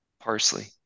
parsley